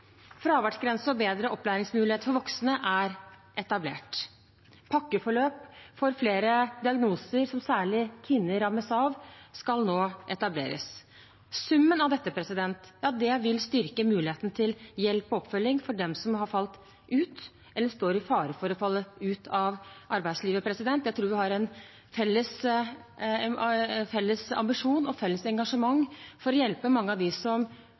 Fraværsgrense og bedre opplæringsmuligheter for voksne er etablert. Pakkeforløp for flere diagnoser som særlig kvinner rammes av, skal nå etableres. Summen av dette vil styrke muligheten til hjelp og oppfølging for dem som har falt ut av eller står i fare for å falle ut av arbeidslivet. Jeg tror vi har en felles ambisjon og et felles engasjement for å hjelpe mange av dem som